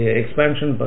expansion